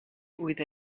with